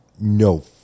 no